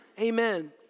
amen